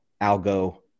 algo